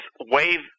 wave